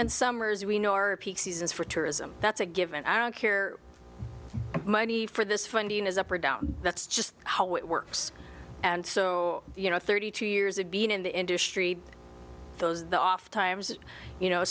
and summers we know our peak seasons for tourism that's a given i don't care money for this funding is up or down that's just how it works and so you know thirty two years of being in the industry those the off times you know